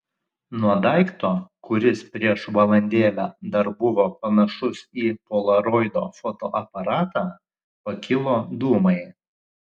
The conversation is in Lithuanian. nuo daikto kuris prieš valandėlę dar buvo panašus į polaroido fotoaparatą pakilo dūmai